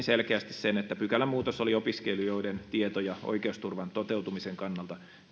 selkeästi esiin sen että pykälämuutos oli opiskelijoiden tieto ja oikeusturvan toteutumisen kannalta